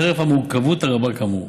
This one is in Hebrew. חרף המורכבות הרבה כאמור,